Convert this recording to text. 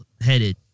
headed